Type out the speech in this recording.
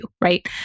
right